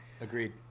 Agreed